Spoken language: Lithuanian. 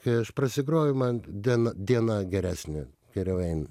kai aš prasigroju man diena diena geresnė geriau eina